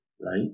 right